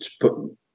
put